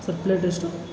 sir plate ಎಷ್ಟು